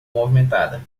movimentada